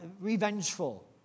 revengeful